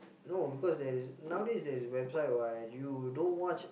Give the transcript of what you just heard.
no because there's nowadays there's website what you don't watch